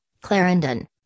Clarendon